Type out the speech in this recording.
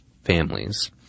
families